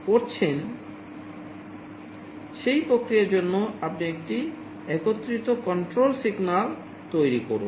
এটিই PID controller তৈরি করুন